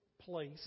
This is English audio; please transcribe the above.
place